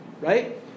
right